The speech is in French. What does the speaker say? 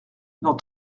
dans